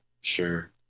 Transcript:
Sure